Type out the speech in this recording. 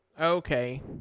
Okay